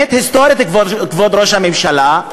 כבוד ראש הממשלה,